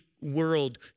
world